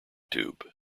tube